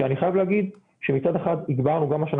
שאני חייב להגיד שמצד אחד הגדלנו גם השנה